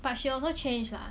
but she also change lah